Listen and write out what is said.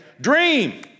Dream